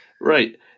right